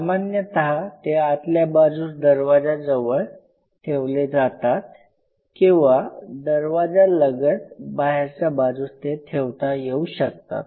सामान्यतः ते आतल्या बाजूस दरवाजा जवळ ठेवले जातात किंवा दरवाजालगत बाहेरच्या बाजूस ते ठेवता येऊ शकतात